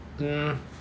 um